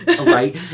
Right